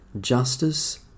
justice